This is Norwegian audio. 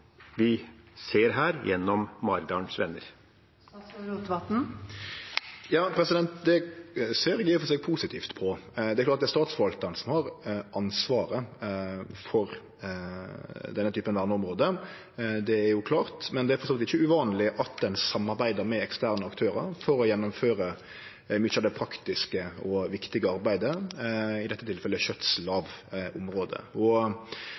vi ser her, gjennom Maridalens Venner? Det ser eg i og for seg positivt på. Det er statsforvaltaren som har ansvaret for denne typen verneområde, det er jo klart, men det er ikkje uvanleg at ein samarbeider med eksterne aktørar for å gjennomføre mykje av det praktiske og viktige arbeidet, i dette tilfellet skjøtsel av området. Mi forståing er at det er eit samarbeid som fungerer godt, og